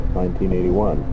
1981